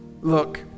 look